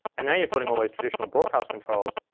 and now you're putting all these traditional broadcast controls,